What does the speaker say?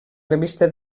revista